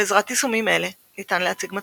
בעזרת יישומים אלה ניתן להציג מצגות,